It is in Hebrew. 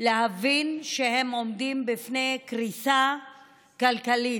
להבין שהם עומדים בפני קריסה כלכלית.